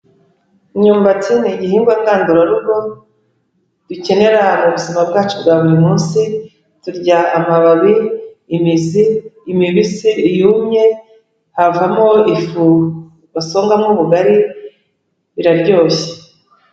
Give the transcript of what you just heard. Imyumbati ni igihingwa ngandurarugo dukenera mu buzima bwacu bwa buri munsi, turya amababi, imizi, imibisi, iyumye havamo ifu basongamo ubugari biraryoshye.